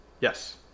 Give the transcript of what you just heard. Yes